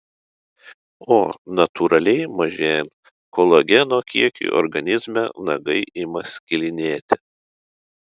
o natūraliai mažėjant kolageno kiekiui organizme nagai ima skilinėti